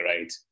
right